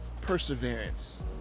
perseverance